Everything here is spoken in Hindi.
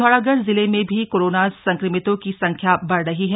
पिथौरागढ़ जिले में भी कोरोना संक्रमितों की संख्या बढ़ रही है